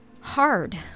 Hard